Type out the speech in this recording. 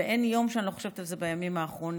אין יום שאני לא חושבת על זה בימים האחרונים,